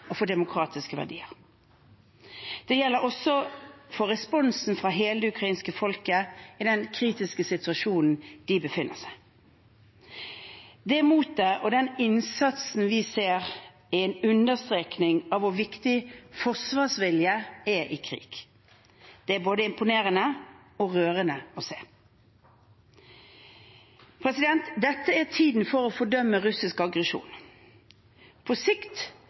og for demokratiske verdier. Det gjelder også for responsen fra hele det ukrainske folket i den kritiske situasjonen de befinner seg i. Det motet og den innsatsen vi ser, er en understrekning av hvor viktig forsvarsvilje er i krig. Det er både imponerende og rørende å se. Dette er tiden for å fordømme russisk aggresjon. På sikt